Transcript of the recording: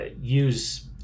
use